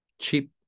cheap